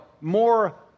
more